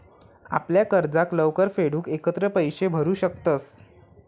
आपल्या कर्जाक लवकर फेडूक एकत्र पैशे भरू शकतंस